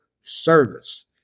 service